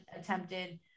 attempted